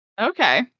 Okay